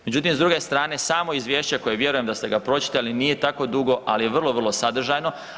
Međutim, s druge strane samo izvješće koje vjerujem da ste ga pročitali, nije tako dugo, ali je vrlo, vrlo sadržajno.